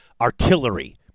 artillery